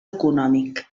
econòmic